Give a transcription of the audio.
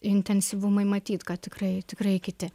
intensyvumai matyt kad tikrai tikrai kiti